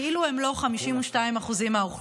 כאילו הן לא 52% מהאוכלוסייה.